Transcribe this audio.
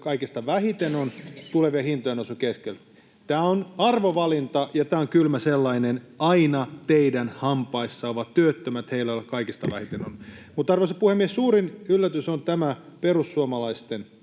kaikista vähiten on, tulevien hintojen nousujen keskellä. Tämä on arvovalinta, ja tämä on kylmä sellainen. Aina teidän hampaissanne ovat työttömät, he, joilla kaikista vähiten on. Mutta, arvoisa puhemies, suurin yllätys on tämä perussuomalaisten